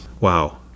Wow